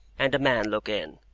and a man look in,